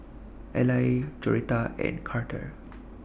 Ally Joretta and Carter